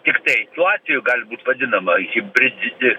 tiktai tuo atveju gali būt vadinama hibridinė